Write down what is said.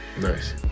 Nice